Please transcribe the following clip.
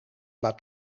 laat